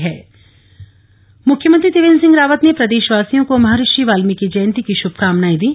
वाल्मीकि जयंती मुख्यमंत्री त्रिवेन्द्र सिंह रावत ने प्रदेश वासियों को महर्षि वाल्मीकि जयंती की शुभकामनाएं दीं